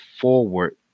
forward